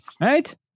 right